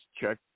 check